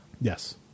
Yes